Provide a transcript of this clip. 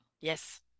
Yes